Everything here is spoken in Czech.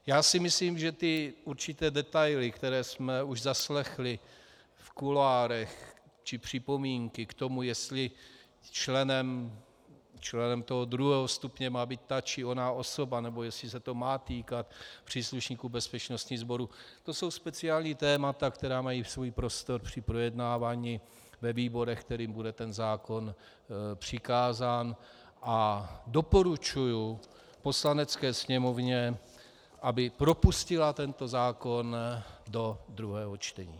Já si myslím, že ty určité detaily, které jsme už zaslechli v kuloárech, či připomínky k tomu, jestli členem toho druhého stupně má být ta či ona osoba, nebo jestli se to má týkat příslušníků bezpečnostních sborů, to jsou speciální témata, která mají svůj prostor při projednávání ve výborech, kterým bude ten zákon přikázán, a doporučuji Poslanecké sněmovně, aby propustila tento zákon do druhého čtení.